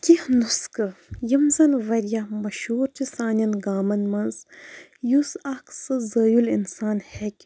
کیٚنٛہہ نُسکہٕ یِم زَن واریاہ مشہوٗر چھِ سانٮ۪ن گامَن منٛز یُس اَکھ سُہ زٲیِل اِنسان ہٮ۪کہِ